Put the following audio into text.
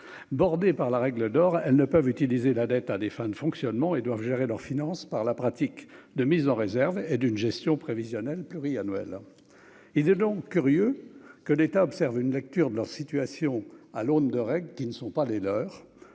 bordé par la règle d'or, elles ne peuvent utiliser la dette à des fins de fonctionnement et doivent gérer leurs finances par la pratique de mise en réserve et d'une gestion prévisionnelle pluri annuelle, il est donc curieux que l'État observe une lecture de leur situation à l'aune de règles qui ne sont pas les leurs,